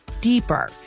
deeper